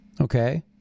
Okay